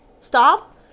Stop